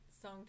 song